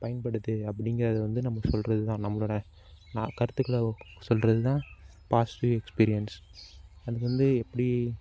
பயன்படுது அப்படிங்கிறது வந்து நம்ம சொல்கிறது தான் நம்மளோடய கருத்துக்களை சொல்கிறதுதான் பாசிட்டிவ் எஸ்பீரியென்ஸ் அது வந்து எப்படி